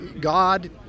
God